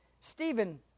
Stephen